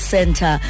Center